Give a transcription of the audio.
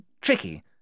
tricky